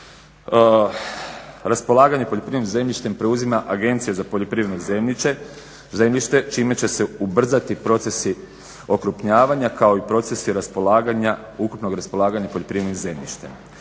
Raspolaganje poljoprivrednim zemljištem preuzima Agencija za poljoprivredno zemljište čime će se ubrzati procesi okrupnjavanja, kao i procesi raspolaganja, ukupnog raspolaganja poljoprivrednim zemljištem.